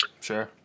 Sure